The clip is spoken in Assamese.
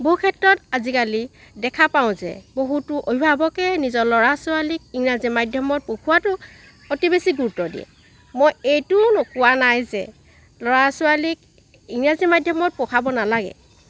বহু ক্ষেত্ৰত আজিকালি দেখা পাওঁ যে বহুতো অভিভাৱকে নিজৰ ল'ৰা ছোৱালীক ইংৰাজী মাধ্যমত পঢ়োৱাটো অতি বেছি গুৰুত্ব দিয়ে মই এইটোও কোৱা নাই যে ল'ৰা ছোৱালীক ইংৰাজী মাধ্যমত পঢ়োৱাব নালাগে